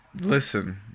listen